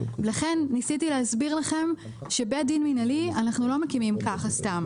לכן ניסיתי להסביר לכם שבין דין מנהלי אנחנו לא מקימים ככה סתם.